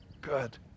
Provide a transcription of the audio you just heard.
good